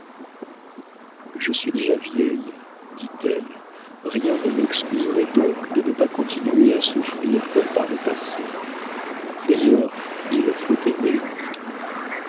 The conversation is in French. je suis déjà vieille dit-elle rien ne m'excuserait donc de ne pas continuer à souffrir comme par le passé d'ailleurs il faut aimer dites-vous